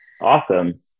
Awesome